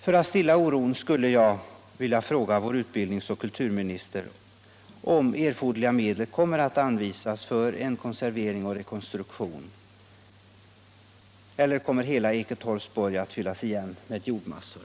För att stilla oron vill jag fråga vår utbildnings och kulturminister om erforderliga medel kommer att anvisas för en konservering och rekonstruktion, eller om hela Eketorps borg kommer att fyllas igen med jordmassor?